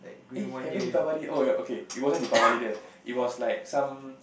eh having Diwali oh ya okay it wasn't Diwali then it was like some